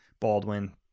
Baldwin